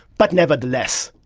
but nevertheless.